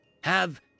Have—